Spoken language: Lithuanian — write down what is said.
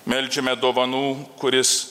meldžiame dovanų kuris